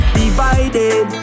divided